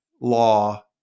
law